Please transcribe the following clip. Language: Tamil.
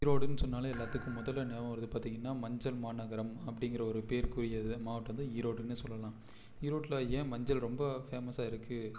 ஈரோடுன்னு சொன்னாலே எல்லாத்துக்கும் முதல்ல ஞாபகம் வரது பார்த்திங்கனா மஞ்சள் மாநகரம் அப்படிங்கிற ஒரு பேருக்குரியது மாவட்டம் வந்து ஈரோடுனே சொல்லலாம் ஈரோட்டில் ஏன் மஞ்சள் ரொம்ப ஃபேமஸாக இருக்கு